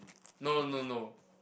no no no